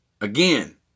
Again